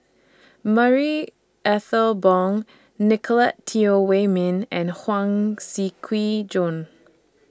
Marie Ethel Bong Nicolette Teo Wei Min and Huang Shiqi Joan